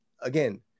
again